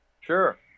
Sure